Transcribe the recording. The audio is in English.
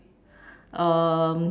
um